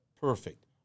perfect